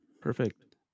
Perfect